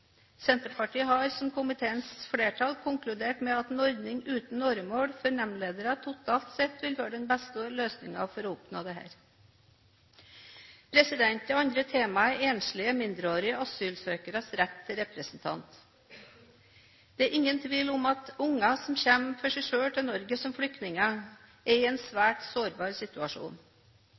Senterpartiet har som komiteens flertall konkludert med at en ordning uten åremål for nemndledere totalt sett vil være den beste løsningen for å oppnå dette. Det andre temaet er enslige, mindreårige asylsøkeres rett til representant. Det er ingen tvil om at barn som kommer alene til Norge som flyktninger, er i en svært sårbar situasjon.